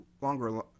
longer